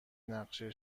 نقشه